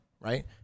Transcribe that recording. right